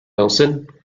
wilson